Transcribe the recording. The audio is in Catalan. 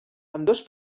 ambdós